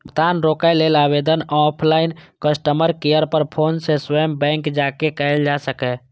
भुगतान रोकै लेल आवेदन ऑनलाइन, कस्टमर केयर पर फोन सं स्वयं बैंक जाके कैल जा सकैए